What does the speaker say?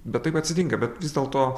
bet taip atsitinka bet vis dėlto